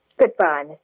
Goodbye